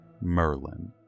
Merlin